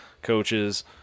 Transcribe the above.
Coaches